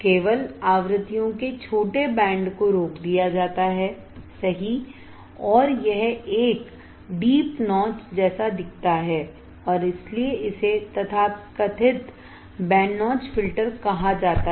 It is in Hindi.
केवल आवृत्तियों के छोटे बैंड को रोक दिया जाता हैसही और यह एक डीप नॉच जैसा दिखता है और इसीलिए इसे तथाकथित बैंड नॉच फ़िल्टर कहा जाता है